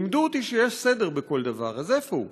לימדו אותי שיש סדר בכל דבר, אז איפה הוא?